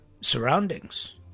surroundings